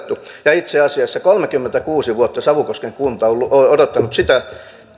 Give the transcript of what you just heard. ja itse asiassa kolmekymmentäkuusi vuotta savukosken kunta on odottanut sitä